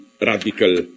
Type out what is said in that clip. radical